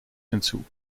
hinzu